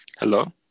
Hello